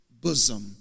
bosom